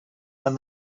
when